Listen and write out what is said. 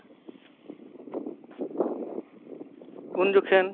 ᱩᱱ ᱡᱚᱠᱷᱮᱱ